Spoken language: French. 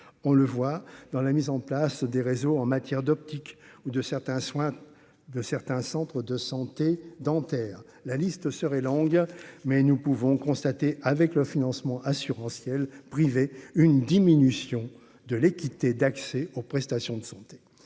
on le voit dans la mise en place des réseaux en matière d'optique ou de certains soins de certains centres de santé dentaire, la liste serait longue, mais nous pouvons constater avec le financement assuranciel privé une diminution de l'équité d'accès aux prestations de santé